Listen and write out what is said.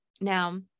Now